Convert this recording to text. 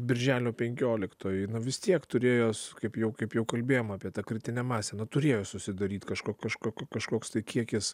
birželio penkioliktoji vis tiek turėjos kaip jau kaip jau kalbėjom apie tą kritinę masę nu turėjo susidaryt kažko kažkokiu kažkoks tai kiekis